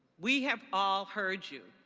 we have all heard you.